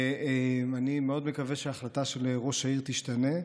אני מאוד מקווה שההחלטה של ראש העיר תשתנה.